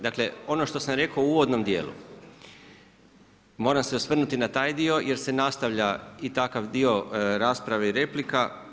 Dakle, ono što sam rekao u uvodnom djelu, moram se osvrnuti na taj dio jer se nastavlja i takav dio rasprave i replika.